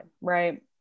right